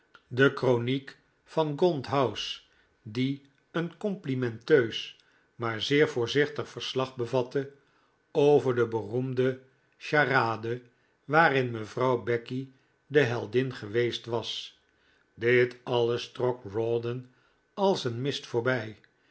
de kroniek van gaunt house die een complimenteus maar zeer voorzichtig verslag bevatte over de beroemde charade waarin mevrouw becky de heldin geweest was dit alles trok rawdon als een mist voorbij